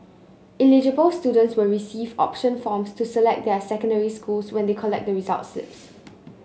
eligible students will receive option forms to select their secondary schools when they collect the results slips